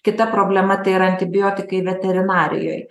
kita problema tai yra antibiotikai veterinarijoj